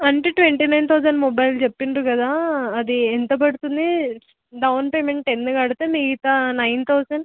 అంటే twenty nine thousand mobile చెప్పారు కదా అది ఎంత పడుతుంది డౌన్ పేమెంట్ టెన్ కడితే మిగతా నైన్ థౌజండ్